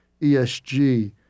ESG